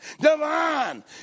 Divine